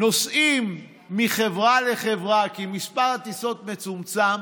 נוסעים מחברה לחברה, כי מספר הטיסות מצומצם,